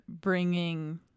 bringing